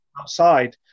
outside